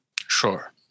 Sure